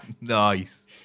Nice